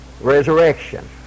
resurrection